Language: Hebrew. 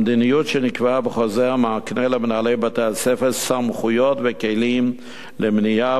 המדיניות שנקבעה בחוזר מקנה למנהלי בית-הספר סמכויות וכלים למניעה